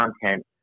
content